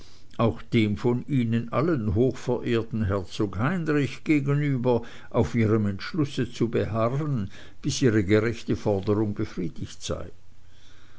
auch dem von ihnen allen hochverehrten herzog heinrich gegenüber auf ihrem entschlusse zu beharren bis ihre gerechte forderung befriedigt sei